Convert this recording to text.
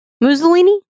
Mussolini